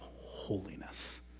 holiness